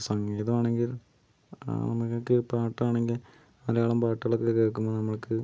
ഇപ്പോൾ സംഗീതമാണെങ്കിൽ നിങ്ങൾക്ക് പാട്ടാണെങ്കിൽ മലയാളം പാട്ടുകളൊക്കെ കേക്കുമ്പോൾ നമ്മക്ക്